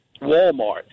Walmart